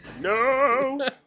No